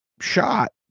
shot